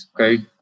okay